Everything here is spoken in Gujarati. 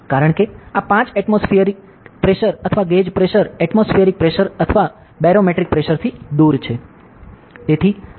કારણ કે આ 5 એટમોસ્ફિએરિક પ્રેશર અથવા ગેજ પ્રેશર એટમોસ્ફિએરિક પ્રેશર અથવા બેરોમેટ્રિક પ્રેશરથી દૂર છે